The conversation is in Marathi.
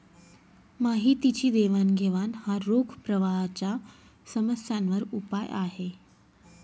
माहितीची देवाणघेवाण हा रोख प्रवाहाच्या समस्यांवर उपाय आहे